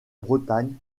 bretagne